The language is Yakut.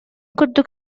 курдук